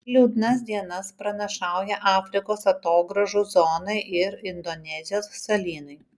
liūdnas dienas pranašauja afrikos atogrąžų zonai ir indonezijos salynui